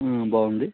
బాగుంది